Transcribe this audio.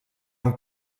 amb